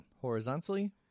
horizontally